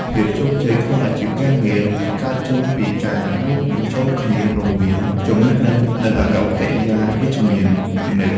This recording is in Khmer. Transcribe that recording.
ជោគជ័យក្នុងអាជីពការងារ គឺកើតចេញពីការរួមបញ្ចូលគ្នារវាងចំណេះដឹង ជំនាញ និងអាកប្បកិរិយាវិជ្ជមានជានិច្ច។